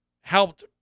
helped